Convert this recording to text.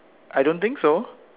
I don't think so